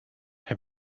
herr